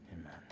amen